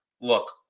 look